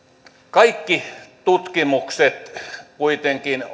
kaikki tutkimukset kuitenkin